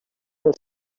els